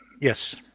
Yes